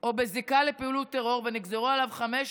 או בזיקה לפעילות טרור, ונגזרו עליו חמש